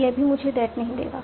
यह भी मुझे दैट नहीं देगा